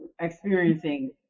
experiencing